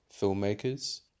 filmmakers